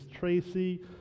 Tracy